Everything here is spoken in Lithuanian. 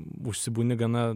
užsibūni gana